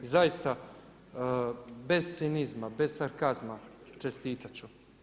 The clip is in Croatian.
Zaista bez cinizma, bez sarkazma čestita ću.